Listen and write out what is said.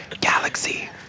Galaxy